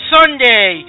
Sunday